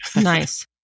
Nice